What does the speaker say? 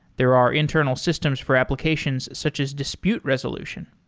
there are internal systems for applications such as dispute resolution.